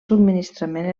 subministrament